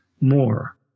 more